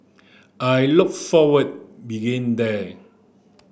I look forward there